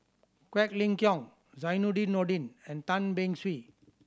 Quek Ling Kiong Zainudin Nordin and Tan Beng Swee